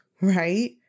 right